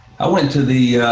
i went to the,